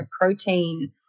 protein